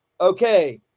Okay